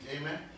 amen